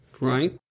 right